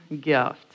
gift